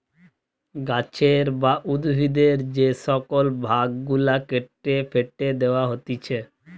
গাছের বা উদ্ভিদের যে শুকল ভাগ গুলা কেটে ফেটে দেয়া হতিছে